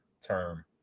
term